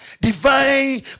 divine